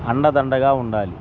అండదండగా ఉండాలి